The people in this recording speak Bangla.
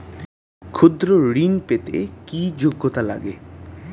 ক্ষুদ্র ঋণ পেতে কি যোগ্যতা লাগে?